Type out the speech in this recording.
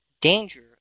danger